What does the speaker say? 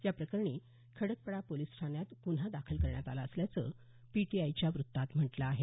या प्रकरणी खडकपाडा पोलिस ठाण्यात गुन्हा दाखल करण्यात आला असल्याचं पीटीआयच्या वृत्तात म्हटलं आहे